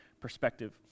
perspective